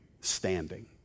standing